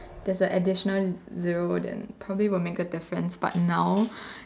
there's additional zero then probably will make a different but now